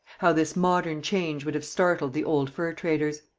how this modern change would have startled the old fur-traders!